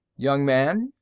young man,